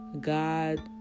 God